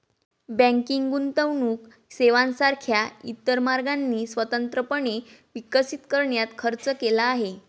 banking गुंतवणूक सेवांसारख्या इतर मार्गांनी स्वतंत्रपणे विकसित करण्यात खर्च केला आहे